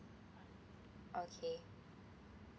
okay